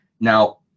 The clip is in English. Now